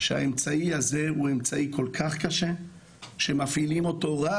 שהאמצעי הזה הוא אמצעי כל כך קשה שמפעילים אותו רק,